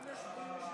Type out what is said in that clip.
זה טעים.